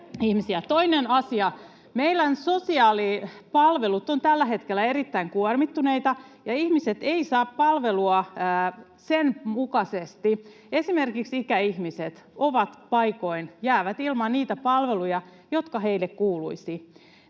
Toinen asia: Meillä sosiaalipalvelut ovat tällä hetkellä erittäin kuormittuneita ja ihmiset eivät saa palvelua sen mukaisesti. Esimerkiksi ikäihmiset paikoin jäävät ilman niitä palveluja, jotka heille kuuluisivat.